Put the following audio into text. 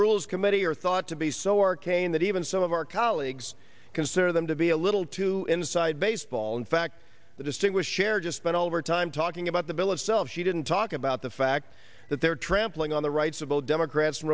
rules committee are thought to be so arcane that even some of our colleagues consider them to be a little too inside baseball in fact the distinguished share just spent over time talking about the bill itself she didn't talk about the fact that they're trampling on the rights of all democrats and